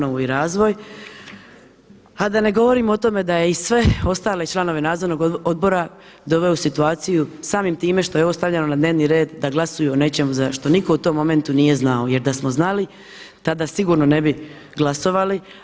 A da ne govorim o tome da je i sve ostale članove nadzornog odbora doveo u situaciju samim time što je ovo stavljeno na dnevni red da glasuju o nečemu za što nitko u tom momentu nije znao, jer da smo znali tada sigurno ne bi glasovali.